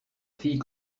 fille